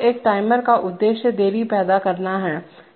तो एक टाइमर का उद्देश्य देरी पैदा करना है